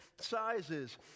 sizes